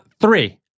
Three